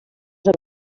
amb